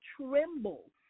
tremble